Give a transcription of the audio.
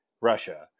Russia